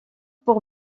pour